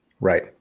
Right